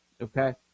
okay